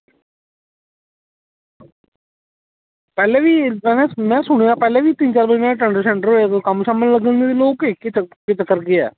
पैह्लें बी में सुनेआ पैह्लें बी तीन चार बारी टेंडर होया कम्म लग्गने ताहीं ते एह् चक्कर केह् ऐ